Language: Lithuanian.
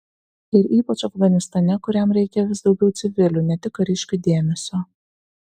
ir ypač afganistane kuriam reikia vis daugiau civilių ne tik kariškių dėmesio